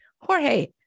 Jorge